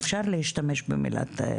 אפשר להשתמש במילת,